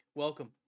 Welcome